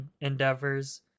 endeavors